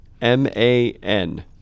M-A-N